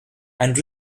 and